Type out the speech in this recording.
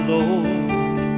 Lord